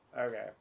okay